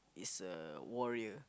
is a warrior